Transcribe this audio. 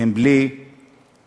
הן בלי היתר,